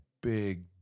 big